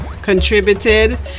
contributed